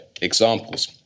examples